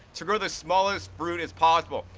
to grow the smallest fruit as possible.